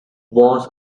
was